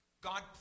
God